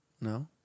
No